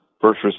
first